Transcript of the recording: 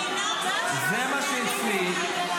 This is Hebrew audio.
זה מה שאצלי.